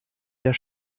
der